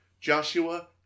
Joshua